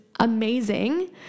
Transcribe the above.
amazing